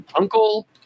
Uncle